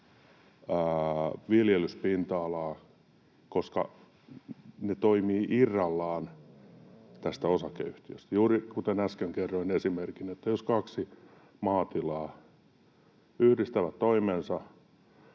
viljelyspinta-alaa, koska ne toimivat irrallaan tästä osakeyhtiöstä. Juuri kuten äsken kerroin esimerkin: jos kaksi maatilaa yhdistää toimensa,